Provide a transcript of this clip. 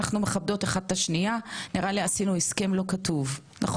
הפנים עם כל החוקים.